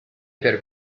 per